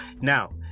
Now